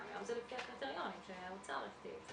היום זה לפי הקריטריונים שהאוצר הכתיב.